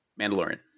Mandalorian